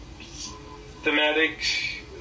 thematic